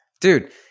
Dude